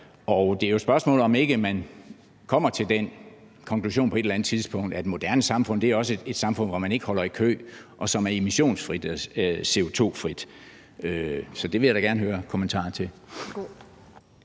Og det er jo spørgsmålet, om ikke man kommer til den konklusion på et eller andet tidspunkt, at et moderne samfund også er et samfund, hvor man ikke holder i kø, og som er emissionsfrit, CO2-frit. Så det vil jeg da gerne høre kommentarer til.